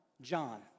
John